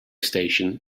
station